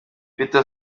peter